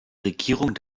regierung